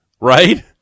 Right